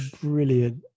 brilliant